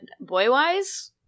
boy-wise